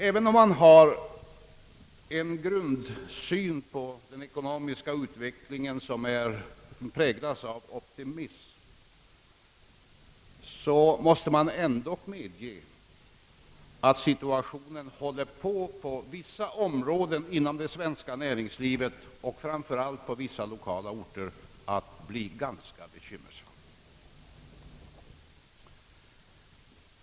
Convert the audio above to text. Även om man har en grundsyn på den ekonomiska utvecklingen som präglas av optimism, så måste man ändock medge att situationen på vissa områden inom det svenska näringslivet håller på att bli ganska bekymmersam, framför allt på vissa lokala orter.